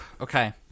Okay